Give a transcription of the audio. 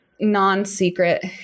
non-secret